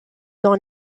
dans